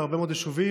בהרבה מאוד יישובים,